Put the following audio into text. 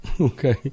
okay